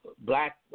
black –